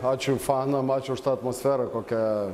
ačiū fanams ačiū už tą atmosferą kokią